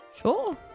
Sure